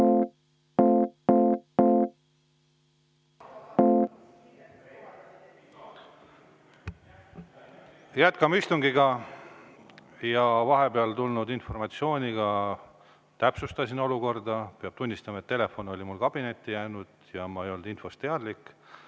Jätkame istungit vahepeal tulnud informatsiooniga. Täpsustasin olukorda. Peab tunnistama, et telefon oli mul kabinetti jäänud ja ma ei olnud infost teadlik.